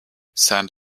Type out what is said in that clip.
send